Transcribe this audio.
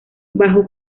bajo